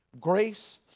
Grace